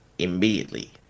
immediately